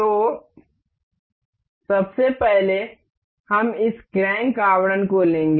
तो सबसे पहले हम इस क्रैंक आवरण को लेंगे